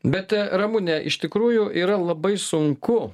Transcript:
bet ramunė iš tikrųjų yra labai sunku